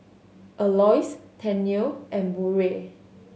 Aloys Tennille and Burrell